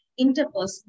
interpersonal